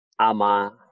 Ama